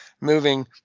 moving